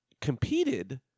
competed